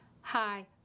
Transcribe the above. Hi